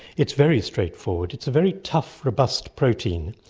it's very straightforward, it's a very tough, robust protein,